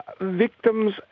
victims